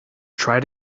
try